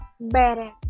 better